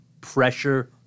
pressure